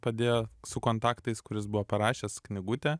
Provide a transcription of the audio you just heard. padėjo su kontaktais kuris buvo parašęs knygutę